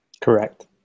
Correct